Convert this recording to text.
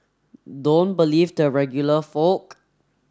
don't believe the regular folk